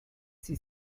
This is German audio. sie